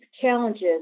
challenges